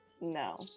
no